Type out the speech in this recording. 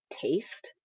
taste